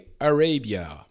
Arabia